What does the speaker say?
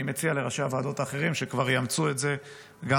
אני מציע לראשי הוועדות האחרים שכבר יאמצו את זה גם